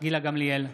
גילה גמליאל,